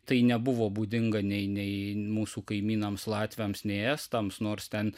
tai nebuvo būdinga nei nei mūsų kaimynams latviams nei estams nors ten